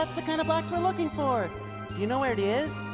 that's the kind of box we're looking for. do you know where it is?